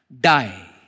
die